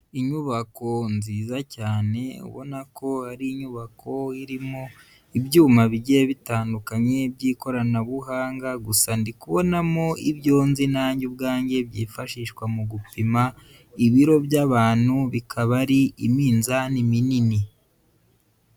Inyubako nziza cyane ubona ko ari inyubako irimo ibyuma bigiye bitandukanye by'ikoranabuhanga, gusa ndi kubonamo ibyo nzi nanjye ubwanjye byifashishwa mu gupima ibiro by'abantu, bikaba ari iminzani minini.